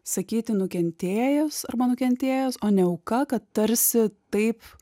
sakyti nukentėjus arba nukentėjęs o ne auka kad tarsi taip